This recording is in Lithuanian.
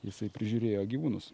jisai prižiūrėjo gyvūnus